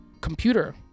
computer